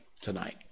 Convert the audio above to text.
tonight